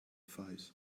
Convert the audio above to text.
face